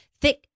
thick